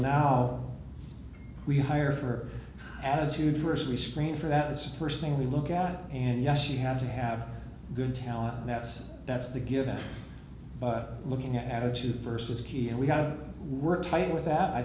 now we hire for attitude first we screen for that is the first thing we look at and yes she had to have good talent and that's that's the given but looking attitude versus key and we got to work tight with that i